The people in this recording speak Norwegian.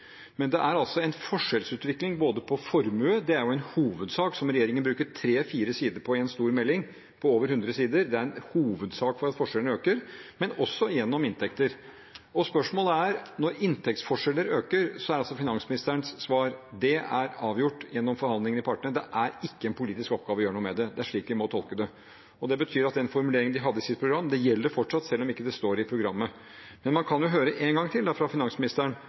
Men det er en forskjellsutvikling i formue – og det er jo en hovedgrunn, som regjeringen bruker tre–fire sider på i en stor melding på over hundre sider, til at forskjellene øker – og også gjennom inntekter. Spørsmålet er: Når inntektsforskjeller øker, er altså finansministerens svar at det er avgjort gjennom forhandlinger mellom partene, og at det ikke er en politisk oppgave å gjøre noe med det. Det er slik vi må tolke det. Det betyr at den formuleringen de hadde i sitt program, gjelder fortsatt, selv om den ikke står i programmet. Men da kan man jo høre en gang til fra finansministeren: